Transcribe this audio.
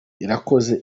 irakoze